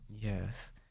Yes